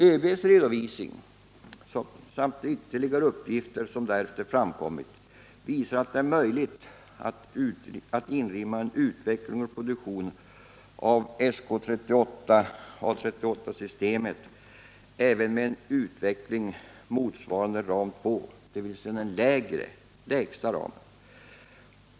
ÖB:s redovisning samt de ytterligare uppgifter som därefter framkommit visar att det är möjligt att inrymma en utveckling och produktion av SK 38/A 38-systemet även med en utveckling motsvarande ram 2, dvs. den lägsta ramen.